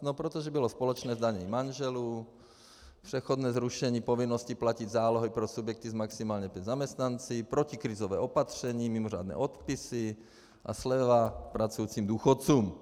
No protože bylo společné zdanění manželů, přechodné zrušení povinnosti platit zálohy pro subjekty s maximálně pěti zaměstnanci, protikrizové opatření, mimořádné odpisy a sleva pracujícím důchodcům.